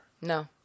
No